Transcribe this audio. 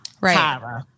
Right